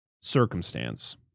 circumstance